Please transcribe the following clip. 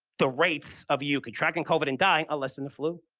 the rates of you contracting covid and die are less than the flu.